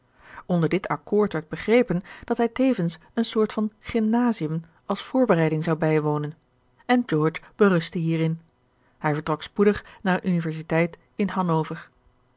onder dit accoord werd begrepen dat hij tevens eene soort van gymnasium als voorbereiding zou bijwonen en george berustte hierin hij vertrok spoedig naar eene universiteit in hannover